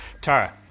Tara